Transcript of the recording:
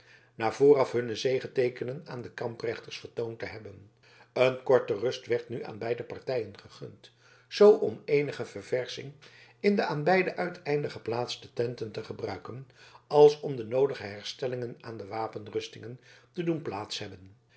na vooraf hun zegeteekenen aan de kamprechters vertoond te hebben een korte rust werd nu aan beide partijen gegund zoo om eenige verversching in de aan beide uiteinden geplaatste tenten te gebruiken als om de noodige herstellingen aan de wapenrustingen te doen plaats hebben